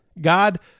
God